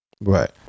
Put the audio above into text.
Right